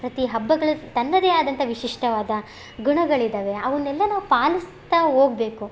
ಪ್ರತೀ ಹಬ್ಬಗಳು ತನ್ನದೇ ಆದಂಥ ವಿಶಿಷ್ಟವಾದ ಗುಣಗಳಿದ್ದಾವೆ ಅವುನ್ನೆಲ್ಲ ನಾವು ಪಾಲಿಸ್ತಾ ಹೋಗ್ಬೇಕು